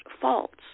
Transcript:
faults